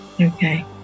Okay